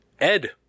Ed